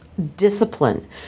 discipline